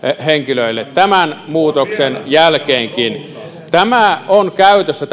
henkilöille tämän muutoksen jälkeenkin tämäntyyppinen järjestely on käytössä